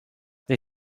they